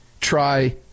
try